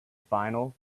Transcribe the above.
final